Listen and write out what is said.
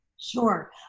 Sure